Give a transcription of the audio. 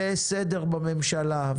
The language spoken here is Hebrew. סדר בממשלה,